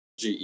GE